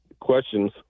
questions